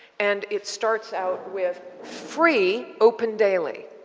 and it starts out with free, open daily.